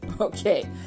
okay